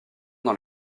dans